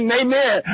amen